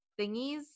thingies